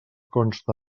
consta